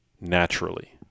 naturally